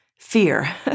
Fear